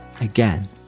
again